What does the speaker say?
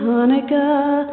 Hanukkah